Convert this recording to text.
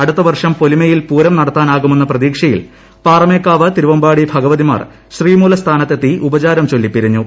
അടുത്തവർഷം പൊലിമയിൽ പൂരം നടത്താനാകുമെന്ന പ്രതീക്ഷയിൽ പാറമേക്കാവ് തിരുവമ്പാടി ഭഗവതിമാർ ശ്രീമൂലസ്ഥാനത്തെത്തി ഉപചാരം ചൊല്ലിപിരിഞ്ഞു